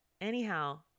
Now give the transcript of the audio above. anyhow